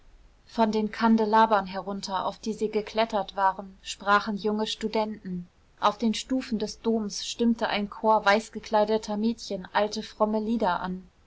von den kandelabern herunter auf die sie geklettert waren sprachen junge studenten auf den stufen des doms stimmte ein chor weißgekleideter mädchen alte fromme lieder an